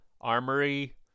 armory